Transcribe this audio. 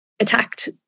attacked